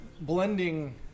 blending